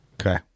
Okay